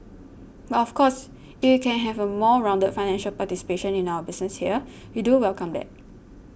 but of course if we can have a more rounded financial participation in our business here we do welcome that